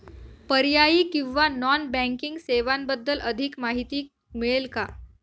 पर्यायी किंवा non banking सेवांबद्दल अधिक माहिती मिळेल का?